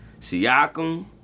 Siakam